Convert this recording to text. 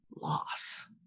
loss